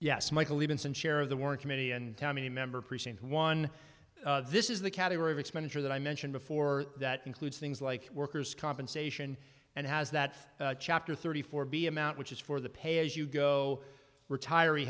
yes michael even some share of the work committee and tommy member present one this is the category of expenditure that i mentioned before that includes things like worker's compensation and has that chapter thirty four be amount which is for the pay as you go retiree